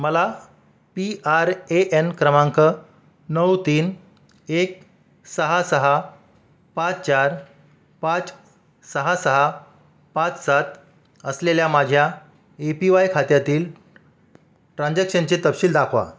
मला P R A N क्रमांक नऊ तीन एक सहा सहा पाच चार पाच सहा सहा पाच सात असलेल्या माझ्या ए पी वाय खात्यातील ट्रान्झॅक्शनचे तपशील दाखवा